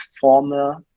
former